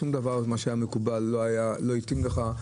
שום דבר ממה שהיה מקובל לא התאים לך,